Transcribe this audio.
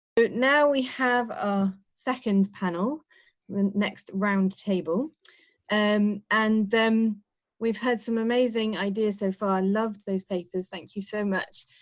but now we have our ah second panel, the next round table and and then we've heard some amazing ideas so far. loved those papers. thank you so much.